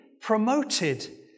promoted